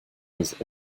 was